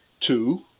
Two